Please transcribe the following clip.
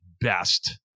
best